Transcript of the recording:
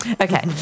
Okay